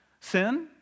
sin